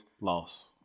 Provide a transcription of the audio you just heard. Loss